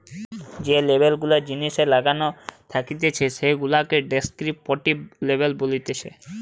যে লেবেল গুলা জিনিসে লাগানো থাকতিছে সেগুলাকে ডেস্ক্রিপটিভ লেবেল বলতিছে